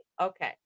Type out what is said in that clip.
Okay